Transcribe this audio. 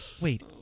wait